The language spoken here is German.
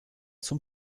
zum